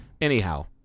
Anyhow